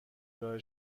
ارائه